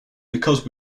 because